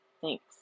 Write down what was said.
Thanks